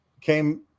came